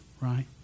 right